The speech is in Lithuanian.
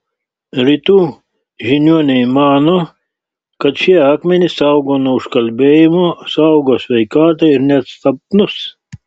rytų žiniuoniai mano kad šie akmenys saugo nuo užkalbėjimo saugo sveikatą ir net sapnus